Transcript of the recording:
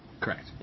Correct